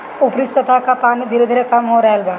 ऊपरी सतह कअ पानी धीरे धीरे कम हो रहल बा